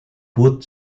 both